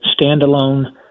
standalone